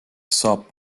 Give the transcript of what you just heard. saab